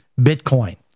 Bitcoin